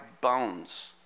bones